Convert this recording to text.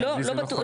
לא, לא בטוח.